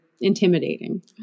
intimidating